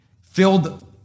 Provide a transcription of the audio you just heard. filled